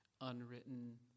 unwritten